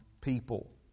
people